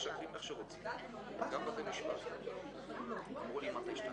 אני בא לייצג שכונה שלמה של אנשים שחיים